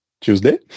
Tuesday